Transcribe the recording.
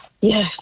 Yes